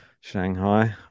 Shanghai